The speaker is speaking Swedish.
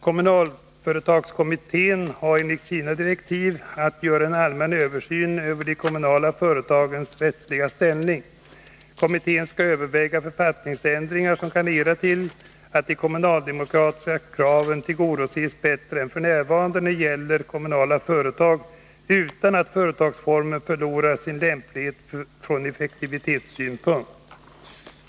Kommunalföretagskommittén har enligt sina direktiv att göra en allmän översyn av de kommunala företagens rättsliga ställning. Kommittén skall överväga författningsändringar som kan leda till att de kommunaldemokratiska kraven tillgodoses bättre än f. n. när det gäller kommunala företag utan att företagsformen förlorar sin lämplighet från effektivitetssynpunkt.